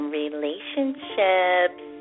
relationships